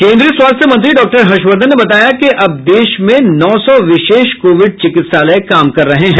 केंद्रीय स्वास्थ्य मंत्री डाक्टर हर्षवर्धन ने बताया कि अब देश में नौ सौ विशेष कोविड चिकित्सालय काम कर रहे हैं